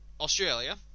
Australia